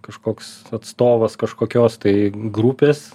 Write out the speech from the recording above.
kažkoks atstovas kažkokios tai grupės